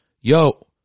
Yo